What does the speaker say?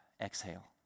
exhale